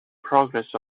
progress